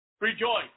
rejoice